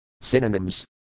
Synonyms